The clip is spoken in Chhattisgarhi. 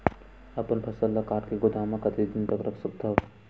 अपन फसल ल काट के गोदाम म कतेक दिन तक रख सकथव?